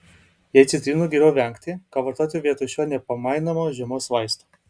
jei citrinų geriau vengti ką vartoti vietoj šio nepamainomo žiemos vaisto